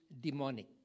demonic